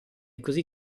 così